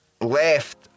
Left